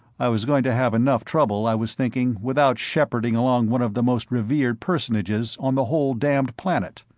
i was going to have enough trouble, i was thinking, without shepherding along one of the most revered personages on the whole damned planet!